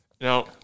Now